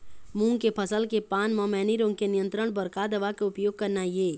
मूंग के फसल के पान म मैनी रोग के नियंत्रण बर का दवा के उपयोग करना ये?